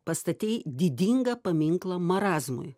pastatei didingą paminklą marazmui